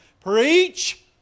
preach